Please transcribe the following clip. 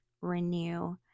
Renew